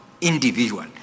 individual